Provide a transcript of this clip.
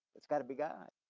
it's gotta be god.